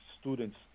students